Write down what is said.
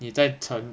你再乘